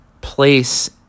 place